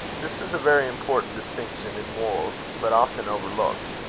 this is a very important distinction in morals, but often overlooked.